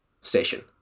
station